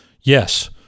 Yes